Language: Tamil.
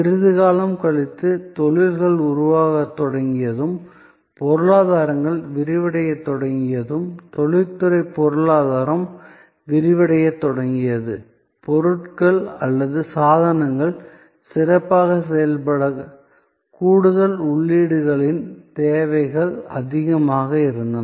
சிறிது காலம் கழித்து தொழில்கள் உருவாகத் தொடங்கியதும் பொருளாதாரங்கள் விரிவடையத் தொடங்கியதும் தொழில்துறை பொருளாதாரம் விரிவடையத் தொடங்கியது பொருட்கள் அல்லது சாதனங்கள் சிறப்பாகச் செயல்பட கூடுதல் உள்ளீடுகளின் தேவைகள் அதிகமாக இருந்தன